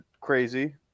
crazy